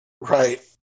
Right